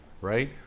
Right